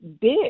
Big